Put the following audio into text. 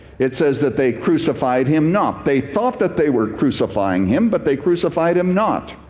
it says that they crucified him not. they thought that they were crucifying him, but they crucified him not.